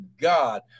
God